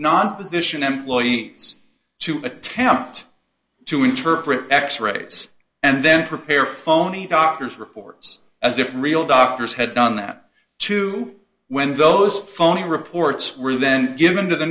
physician employee is to attempt to interpret x rays and then prepare phony doctors reports as if real doctors had done that to when those phony reports were then given to the